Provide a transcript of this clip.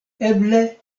eble